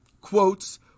Quotes